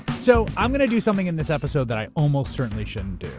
so, i'm going to do something in this episode that i almost certainly shouldn't do,